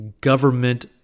government